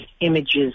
images